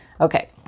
Okay